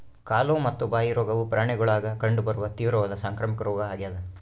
ಕಾಲು ಮತ್ತು ಬಾಯಿ ರೋಗವು ಪ್ರಾಣಿಗುಳಾಗ ಕಂಡು ಬರುವ ತೀವ್ರವಾದ ಸಾಂಕ್ರಾಮಿಕ ರೋಗ ಆಗ್ಯಾದ